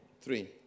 Three